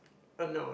oh no